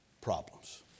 problems